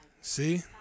See